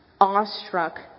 awestruck